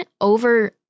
over